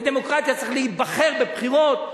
בדמוקרטיה צריך להיבחר בבחירות,